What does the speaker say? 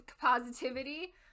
positivity